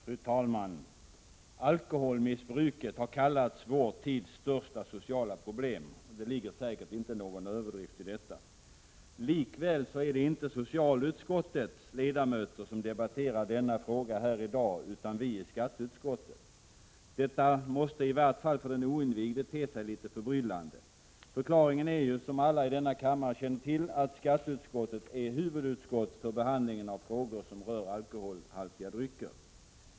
Fru talman! Alkoholmissbruket har kallats vår tids största sociala problem. Det ligger säkert inte någon överdrift i detta. Likväl är det inte socialutskottets ledamöter som debatterar denna fråga här i dag utan vi i skatteutskottet. Detta måste, i varje fall för den oinvigde, te sig litet förbryllande. Förklaringen är ju, som alla i denna kammare känner till, att skatteutskottet är huvudutskott för behandling av frågor som rör alkoholhaltiga drycker.